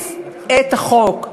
החליף את החוק.